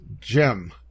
Jim